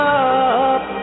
up